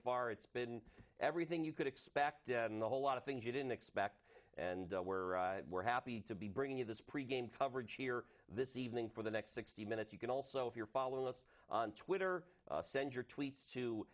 far it's been everything you could expect and a whole lot of things you didn't expect and we're happy to be bringing you this pre game coverage here this evening for the next sixty minutes you can also if you're following us on twitter send your tweets to